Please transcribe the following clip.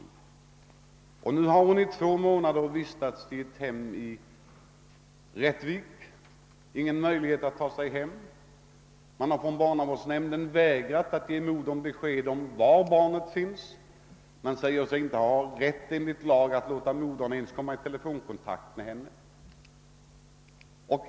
Flickan har nu vistats på ett hem i Rättvik i två månader och har ingen möjlighet att komma hem. Barnavårdsnämnden har vägrat lämna modern besked om var barnet finns, och man säger sig inte ens ha laglig rätt att låta modern ta kontakt med flickan per telefon.